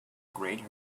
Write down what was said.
great